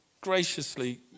graciously